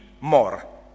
more